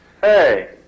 Hey